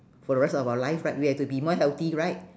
for the rest of our life right we have to be more healthy right